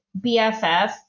BFF